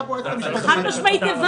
זה חד-משמעית איבה.